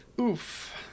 Oof